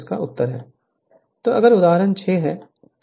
Refer Slide Time 2545 तो अगला उदाहरण 6 है